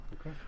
okay